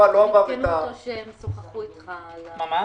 התשנ"ה-1995, כך שאחרי פסקה (2) יבוא: